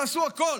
תעשו הכול,